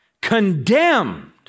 condemned